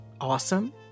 awesome